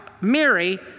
mary